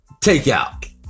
takeout